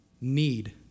need